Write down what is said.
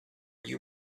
you